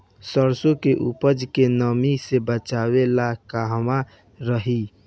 सरसों के उपज के नमी से बचावे ला कहवा रखी?